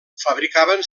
fabricaven